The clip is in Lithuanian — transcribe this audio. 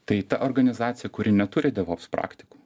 tai ta organizacija kuri neturi devops praktikų